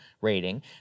rating